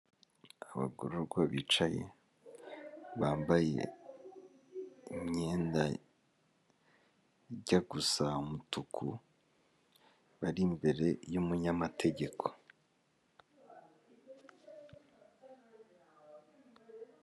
Abagororwa bicaye bambaye imyenda ijya gusa umutuku bari imbere y'umunyamategeko.